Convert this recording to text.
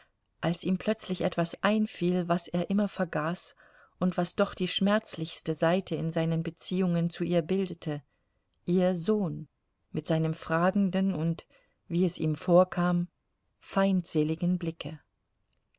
als ihm plötzlich etwas einfiel was er immer vergaß und was doch die schmerzlichste seite in seinen beziehungen zu ihr bildete ihr sohn mit seinem fragenden und wie es ihm vorkam feindseligen blicke